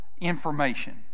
information